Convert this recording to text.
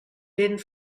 vent